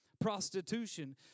prostitution